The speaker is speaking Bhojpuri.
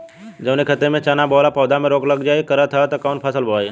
जवने खेत में चना बोअले पर पौधा में रोग लग जाईल करत ह त कवन फसल बोआई?